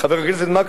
חבר הכנסת מקלב,